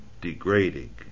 degrading